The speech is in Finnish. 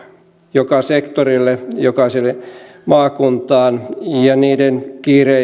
joka sektorille jokaiseen maakuntaan ja niiden